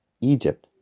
Egypt